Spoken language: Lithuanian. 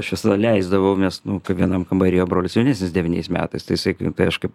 aš jas leisdavau nes nu vienam kambary o brolis jaunesnis devyniais metais tai jisai tai aš kaip